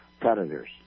predators